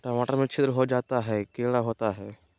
टमाटर में छिद्र जो होता है किडा होता है?